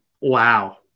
Wow